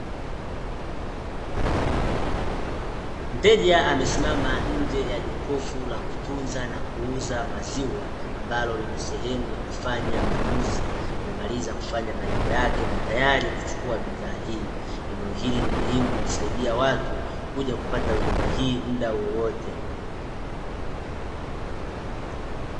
Mteja amesimama nje ya jokofu la kutunza na kuuza maziwa, ambalo lina sehemu ya kufanya manunuzi, amemaliza kufanya malipo yake na tayari kuchukua bidhaa hii. Eneo hili ni muhimu linalosaidia watu kuja kupata huduma hii mda wowote.